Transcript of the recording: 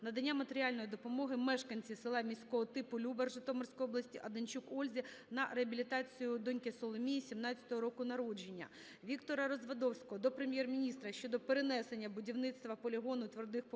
надання матеріальної допомоги мешканці селища міського типу Любар Житомирської області Одончук Ользі на реабілітацію доньки Соломії 17-го року народження. Віктора Развадовського до Прем'єр-міністра щодо перенесення будівництва полігону твердих побутових